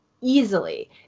easily